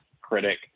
critic